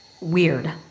weird